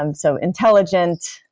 um so intelligent,